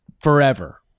forever